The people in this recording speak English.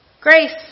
Grace